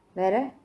வேற:vera